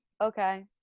okay